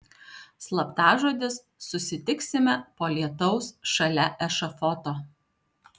slaptažodis susitiksime po lietaus šalia ešafoto